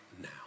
now